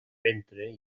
ventre